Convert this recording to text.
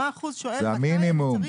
זה המינימום.